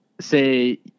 say